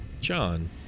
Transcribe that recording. John